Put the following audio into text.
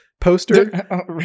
poster